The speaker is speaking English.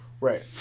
right